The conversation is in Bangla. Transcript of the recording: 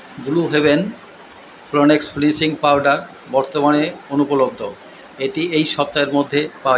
ব্লু হেভেন ফ্লনেক্স ফিনিশিং পাউডার বর্তমানে অনুপলব্ধ এটি এই সপ্তাহের মধ্যে পাওয়া য